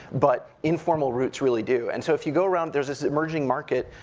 but informal routes really do. and so if you go around, there's this emerging market,